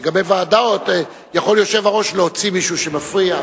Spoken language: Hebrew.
לגבי ועדות יכול היושב-ראש להוציא מישהו שמפריע.